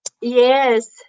Yes